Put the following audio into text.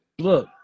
Look